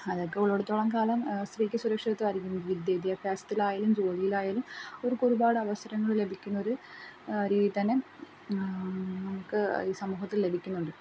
അതൊക്കെ ഉള്ളിടത്തോളം കാലം സ്ത്രീക്ക് സുരക്ഷിതത്വം ആയിരിക്കും വിദ്യ വിദ്യാഭ്യാസത്തിലായാലും ജോലിയിലായാലും അവർക്ക് ഒരുപാട് അവസരങ്ങൾ ലഭിക്കുന്നൊരു രീതി തന്നെ നമുക്ക് സമൂഹത്തിൽ ലഭിക്കുന്നുണ്ട്